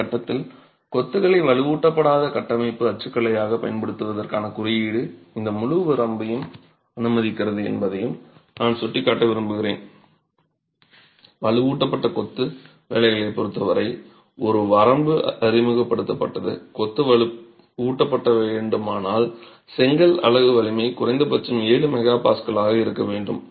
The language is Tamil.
இந்த கட்டத்தில் கொத்துகளை வலுவூட்டப்படாத கட்டமைப்பு அச்சுக்கலையாக பயன்படுத்துவதற்கான குறியீடு இந்த முழு வரம்பையும் அனுமதிக்கிறது என்பதை நான் சுட்டிக் காட்ட விரும்புகிறேன் வலுவூட்டப்பட்ட கொத்து வேலைகளைப் பொறுத்தவரை ஒரு வரம்பு அறிமுகப்படுத்தப்பட்டது கொத்து வலுவூட்டப்பட வேண்டுமானால் செங்கல் அலகு வலிமை குறைந்தபட்சம் 7 MPa ஆக இருக்க வேண்டும்